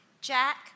Jack